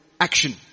action